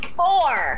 four